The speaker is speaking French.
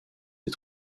des